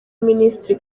minisitiri